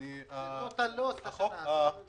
מחברת מעטים אחת או יותר שבה היה בעל שליטה,